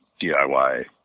DIY